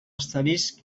asterisc